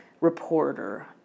reporter